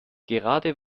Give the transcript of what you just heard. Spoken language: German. gerade